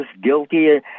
guilty